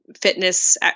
fitness